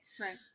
Right